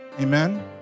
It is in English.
Amen